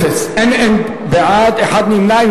אין בעד ונמנע אחד.